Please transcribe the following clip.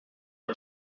are